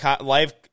Live